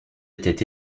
était